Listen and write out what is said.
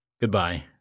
goodbye